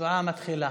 ההצבעה מתחילה.